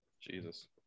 jesus